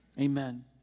amen